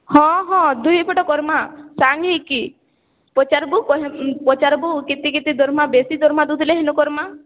ହଁ ହଁ ଦୁଇ ପଟ କର୍ମା ସାଙ୍ଗ ହେଇକି ପଚାର୍ବୁ ପଚାର୍ବୁ କେତେ କେତେ ଦର୍ମା ବେଶୀ ଦର୍ମା ଦେଉଥିଲେ ହେନ କର୍ମା